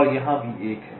और यहां भी 1 है